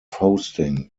hosting